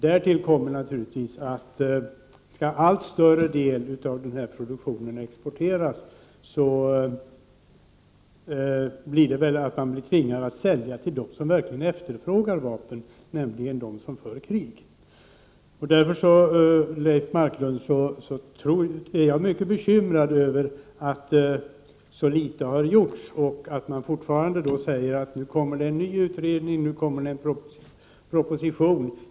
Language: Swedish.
Därtill kommer att om en allt större del av produktionen exporteras blir man tvingad att sälja till dem som verkligen efterfrågar vapen, nämligen de som för krig. Därför är jag mycket bekymrad över att så litet har gjorts och att Leif Marklund nu säger att det kommer en ny utredning och så småningom en proposition.